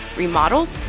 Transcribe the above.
remodels